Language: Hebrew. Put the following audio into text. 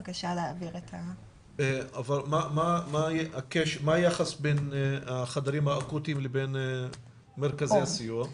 מה היחס בין החדרים האקוטיים לבין מרכזי הסיוע?